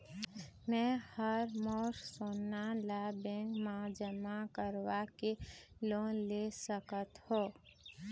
मैं हर मोर सोना ला बैंक म जमा करवाके लोन ले सकत हो?